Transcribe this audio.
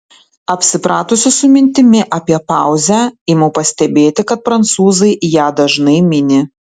apsipratusi su mintimi apie pauzę imu pastebėti kad prancūzai ją dažnai mini